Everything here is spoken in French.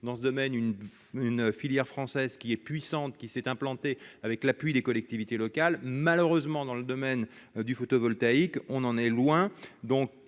dans ce domaine une une filière française qui est puissante qui s'est implantée avec l'appui des collectivités locales, malheureusement dans le domaine du photovoltaïque, on en est loin,